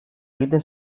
egiten